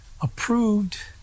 approved